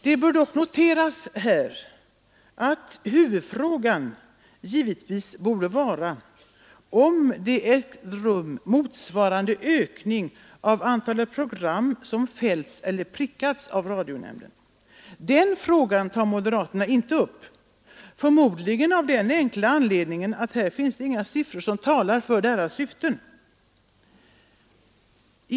Det bör dock här noteras att huvudfrågan givetvis borde vara om det ägt rum motsvarande ökning av antalet program som fällts eller prickats av radionämnden. Den frågan tar moderaterna inte upp, förmodligen av den enkla anledningen att här finns det inga siffror som talar för deras syften.